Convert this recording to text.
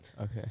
Okay